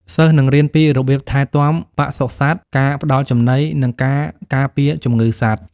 សិស្សនឹងរៀនពីរបៀបថែទាំបសុសត្វ ការផ្តល់ចំណី និងការការពារជំងឺសត្វ។